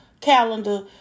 calendar